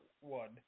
one